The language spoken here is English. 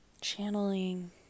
Channeling